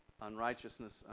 unrighteousness